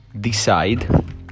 decide